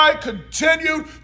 continued